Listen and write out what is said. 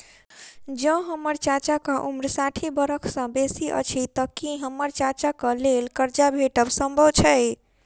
जँ हम्मर चाचाक उम्र साठि बरख सँ बेसी अछि तऽ की हम्मर चाचाक लेल करजा भेटब संभव छै?